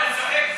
התשע"ו 2016,